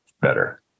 better